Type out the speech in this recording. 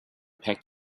packed